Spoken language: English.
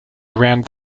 around